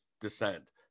descent